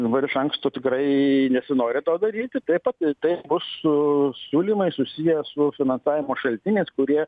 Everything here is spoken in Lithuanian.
dabar iš anksto tikrai nesinori to daryti taip apie tai bus su siūlymai susiję su finansavimo šaltiniais kurie